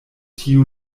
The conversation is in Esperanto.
tiu